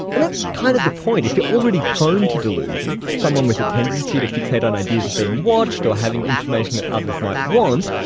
and that's kind of the point if you're already prone to delusion, someone with a tendency to fixate on ideas of being watched, or having information that others might want,